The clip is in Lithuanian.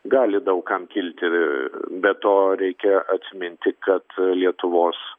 gali daug kam kilti be to reikia atsiminti kad lietuvos